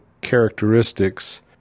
characteristics